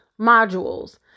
modules